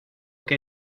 que